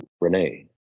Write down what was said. Renee